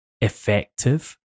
effective